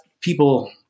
people